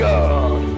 God